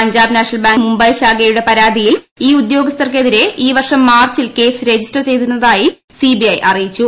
P N B Mumbai ശാഖയുടെ പരാതിയിൽ ഈ ഉദ്യോഗസ്ഥർക്കെതിരെ ഈ വർഷം മാർച്ചിൽ കേസ് രജിസ്റ്റർ ചെയ്തിരുന്നതായി സി ബി ഐ അറിയിച്ചു